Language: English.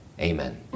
Amen